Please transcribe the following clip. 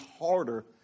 harder